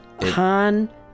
Han